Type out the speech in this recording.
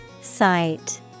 Sight